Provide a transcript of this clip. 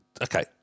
okay